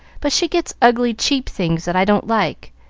but she gets ugly, cheap things that i don't like.